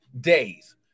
days